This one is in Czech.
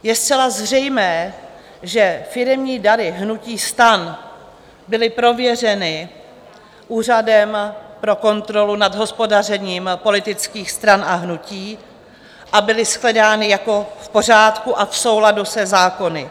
Je zcela zřejmé, že firemní dary hnutí STAN byly prověřeny Úřadem pro kontrolu nad hospodařením politických stran a hnutí a byly shledány jako v pořádku a v souladu se zákony.